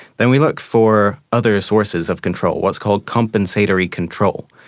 then we look for other sources of control, what is called compensatory control.